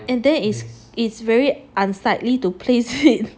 and there is it's very unsightly to place it